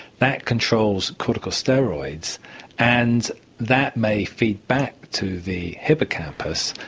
that controls corticosteroids and that may feedback to the hippocampus,